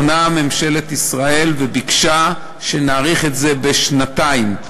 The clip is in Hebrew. ממשלת ישראל ביקשה שנאריך את זה בשנתיים.